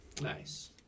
Nice